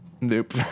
Nope